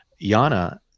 yana